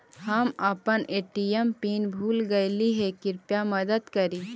हम अपन ATM pin भूल गईली हे, कृपया मदद करी